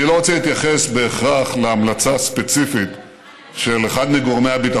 טלב, אני רוצה להתחשב בשאלתך ולומר לך כמה דברים.